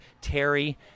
Terry